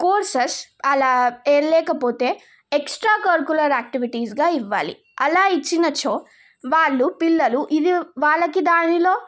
courses అలా లేకపోతే extra curricular ఆయాక్టివిటీస్గా ఇవ్వాలి అలా ఇచ్చినచో వాళ్ళు పిల్లలు ఇది వాళ్ళకి దానిలో